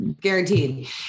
guaranteed